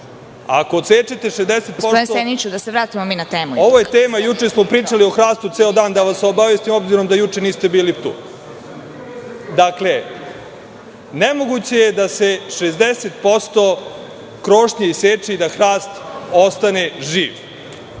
na temu.)Ovo je tema, juče smo pričali o hrastu ceo dan, da vas obavestim, s obzirom da juče niste bili tu. Dakle, nemoguće je da se 60% krošnje iseče i da hrast ostane živ.U